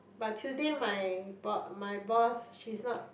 but Tuesday my b~ my boss she's not